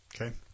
okay